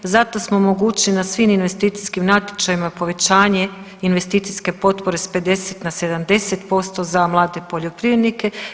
Zato smo omogućili na svim investicijskim natječajima povećanje investicijske potpore s 50 na 70% za mlade poljoprivrednike.